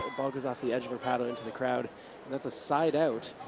ah bungles off the edge of her paddle into the crowd. and that's a side-out.